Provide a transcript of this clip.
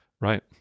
Right